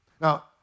Now